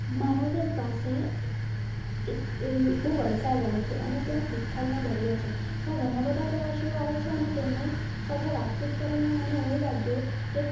મારા ઘર પાસે એક હું વલસાડ રહું છું અને ત્યાં તિથલનો દરિયો છે ત્યાં ઘણાં બધાં પ્રવાસીઓ આવે છે અને તેમને સાથે વાતચીત કરીને મને એવું લાગ્યું કે